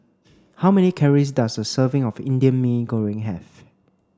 how many calories does a serving of Indian Mee Goreng have